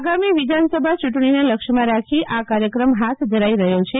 આગામી વિધાનસભા ચુંટણીને લક્ષમાં રાખી આ ંકાર્થક્રમ હાથ ધરાઈ રહ્યો છે